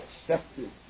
accepted